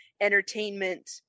entertainment